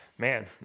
Man